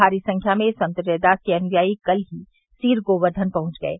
भारी संख्या में संत रैदास के अनुयायी कल ही सीर गोवर्धन पहुंच गये